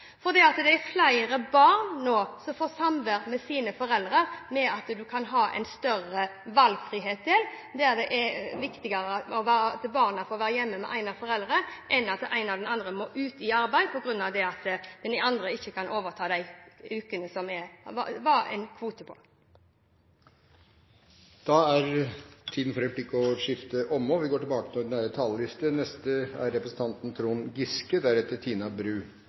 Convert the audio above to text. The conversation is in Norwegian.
for barnet, fordi det er flere barn som nå får samvær med sine foreldre ved at man har større valgfrihet. Det er viktigere at barnet får være hjemme med en av foreldrene enn at en av dem må ut i arbeid på grunn av at man ikke kan overta de ukene som det var en kvote på. Replikkordskiftet er omme. Statsråd Horne viste til at Høyre og Fremskrittspartiets velgere gikk til stemmeurnene og ønsket seg en ny kurs, og det er